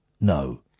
No